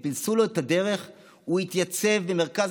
הם פילסו לו את הדרך והוא התייצב במרכז